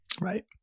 Right